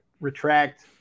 retract